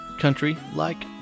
country-like